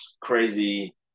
crazy